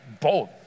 bold